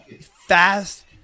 Fast